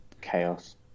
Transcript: Chaos